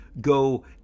go